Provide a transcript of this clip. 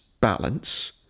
balance